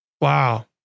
Wow